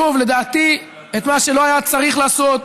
שוב, לדעתי את מה שלא היה צריך לעשות,